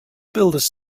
builders